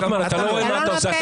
רוטמן, אתה לא רואה מה אתה עושה?